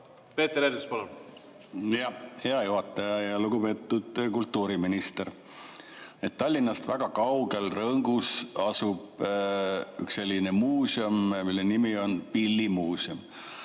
Peeter Ernits, palun! Hea juhataja! Lugupeetud kultuuriminister! Tallinnast väga kaugel, Rõngus, asub üks muuseum, mille nimi on Pillimuuseum.